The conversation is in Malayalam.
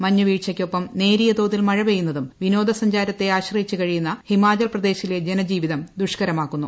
മഞ്ഞു വീഴ്ചക്കൊപ്പം നേരിയ തോതിൽ മഴ പെയ്യുന്നതും വിനോദ സഞ്ചാരത്തെ ആശ്രയിച്ച് കഴിയുന്ന ഹിമാചൽ പ്രദേശിലെ ജനജീവിതം ദുഷ്കരമാകുന്നു